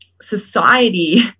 society